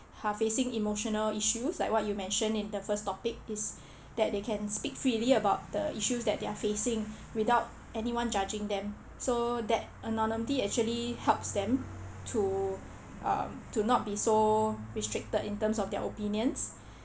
are facing emotional issues like what you mention in the first topic is that they can speak freely about the issue they are facing without anyone judging them so that anonymity actually helps them to um to not be so restricted in terms of their own opinions